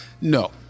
No